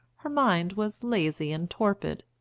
her mind was lazy and torpid,